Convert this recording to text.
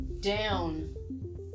down